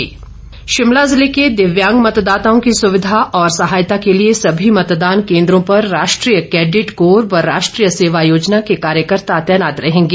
DC Shimla Shimla जिले के दिव्यांग मतदाताओं की सुविधा और सहायता के लिए सभी मतदान केन्दों पर राष्ट्रीय कैडिट कोर व राष्ट्रीय सेवा योजना के कार्येकर्ता तैनात रहेंगे